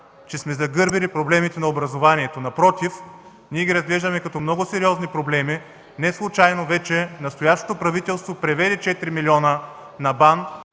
че сме загърбили проблемите на образованието. Напротив, ние ги разглеждаме като много сериозни проблеми. Неслучайно настоящото правителство вече преведе четири милиона на БАН.